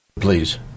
please